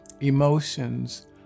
emotions